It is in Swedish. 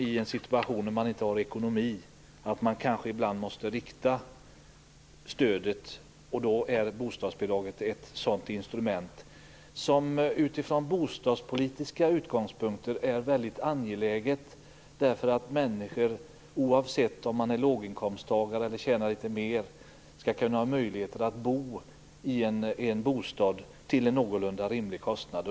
I en situation när man inte har någon bra ekonomi måste man ibland rikta stödet, och bostadsbidraget är ett sådant instrument. Utifrån bostadspolitiska utgångspunkter är bostadsbidraget väldigt angeläget. Oavsett om de är låginkomsttagare eller tjänar litet mer skall människor ha möjlighet att bo i en bostad till en någorlunda rimlig kostnad.